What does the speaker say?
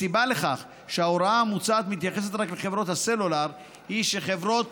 הסיבה לכך שההוראה המוצעת מתייחסת רק לחברות הסלולר היא שחברות